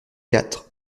quatre